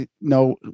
no